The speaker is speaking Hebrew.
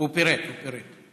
הוא פירט, הוא פירט.